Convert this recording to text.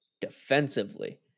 defensively